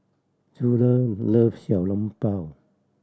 Judah loves Xiao Long Bao